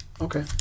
Okay